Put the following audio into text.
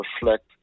reflect